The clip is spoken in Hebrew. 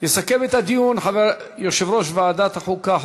יסכם את הדיון יושב-ראש ועדת החוקה,